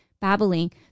babbling